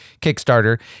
Kickstarter